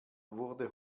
wurde